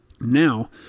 Now